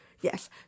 Yes